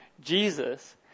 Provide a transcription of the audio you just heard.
Jesus